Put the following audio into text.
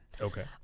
Okay